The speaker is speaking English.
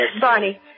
Barney